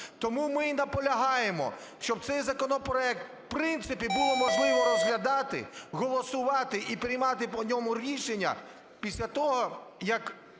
Т ому ми і наполягаємо, щоб цей законопроект, в принципі, було можливо розглядати, голосувати і приймати по ньому рішення після того, як